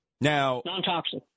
Non-toxic